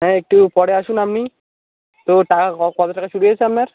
হ্যাঁ একটু পরে আসুন আমনি তো তাও ক কত টাকা চুরি হয়েছে আপনার